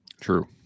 true